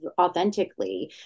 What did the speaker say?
authentically